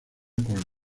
con